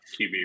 QB